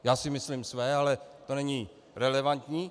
Já si myslím své, ale to není relevantní.